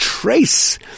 Trace